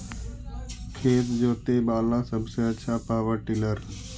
खेत जोते बाला सबसे आछा पॉवर टिलर?